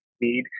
need